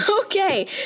Okay